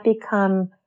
become